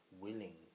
willing